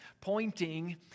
pointing